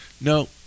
No